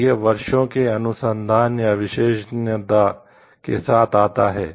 और यह वर्षों के अनुसंधान या विशेषज्ञता के साथ आता है